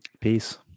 Peace